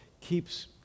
keeps